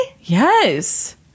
Yes